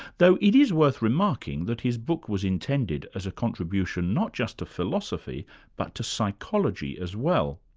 though it is worth remarking that his book was intended as a contribution not just to philosophy but to psychology as well.